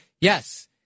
Yes